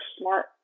smart